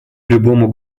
любому